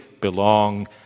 belong